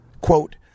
quote